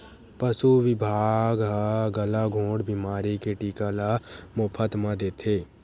पसु बिभाग ह गलाघोंट बेमारी के टीका ल मोफत म देथे